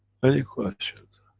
any questions?